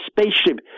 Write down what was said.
spaceship